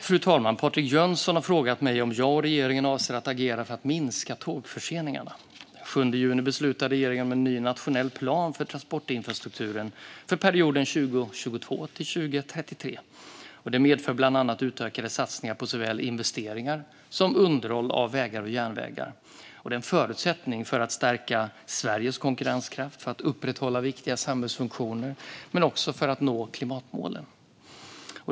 Fru talman! Patrik Jönsson har frågat mig om jag och regeringen avser att agera för att minska tågförseningarna. Den 7 juni beslutade regeringen om en ny nationell plan för transportinfrastrukturen avseende perioden 2022-2033. Den medför bland annat utökade satsningar på såväl investeringar som underhåll av vägar och järnvägar. Det är en förutsättning för att stärka Sveriges konkurrenskraft, upprätthålla viktiga samhällsfunktioner och nå klimatmålen.